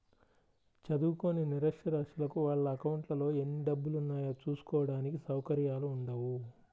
చదువుకోని నిరక్షరాస్యులకు వాళ్ళ అకౌంట్లలో ఎన్ని డబ్బులున్నాయో చూసుకోడానికి సౌకర్యాలు ఉండవు